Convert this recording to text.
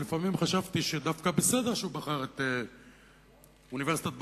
ולפעמים חשבתי שדווקא בסדר שהוא בחר את אוניברסיטת בר-אילן,